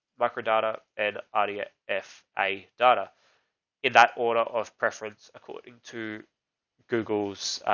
microdata and audio f a data in that order of preference. according to google's,